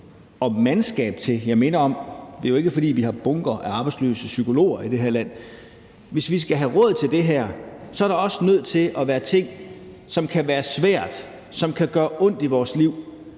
og mandskab til det her – jeg minder om, at det jo ikke er, fordi vi har bunker af arbejdsløse psykologer i det her land – er der også nødt til at være ting, som kan være svære, og som kan gøre ondt i vores liv,